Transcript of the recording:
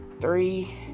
three